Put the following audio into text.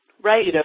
Right